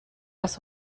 aus